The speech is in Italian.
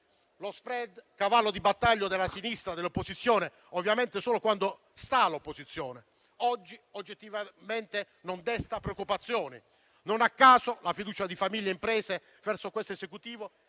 Lo *spread,* cavallo di battaglia della sinistra, dell'opposizione - ovviamente solo quando è all'opposizione - oggi oggettivamente non desta preoccupazione: non a caso, la fiducia di famiglie e imprese verso questo Esecutivo